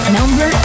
Number